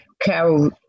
Carol